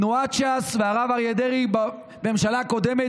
תנועת ש"ס והרב אריה דרעי בממשלה הקודמת